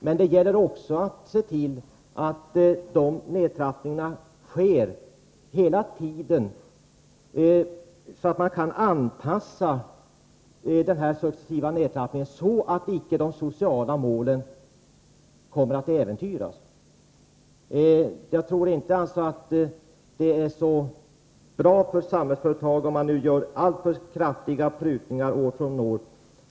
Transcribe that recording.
Men det gäller att se till att dessa successiva nedtrappningar sker på ett sådant sätt att de sociala målen icke äventyras. Det är inte bra för Samhällsföretag om man gör allt för kraftiga prutningar år från år.